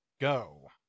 go